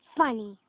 funny